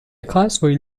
causeway